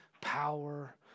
power